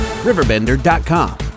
Riverbender.com